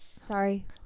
Sorry